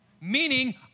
Meaning